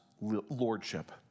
lordship